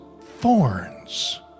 thorns